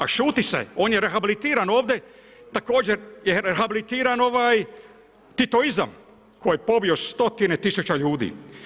A šuti se, on je rehabilitiran ovdje, također je rehabilitiran je ovaj Titoizam, koji je pobio stotine tisuće ljudi.